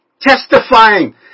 Testifying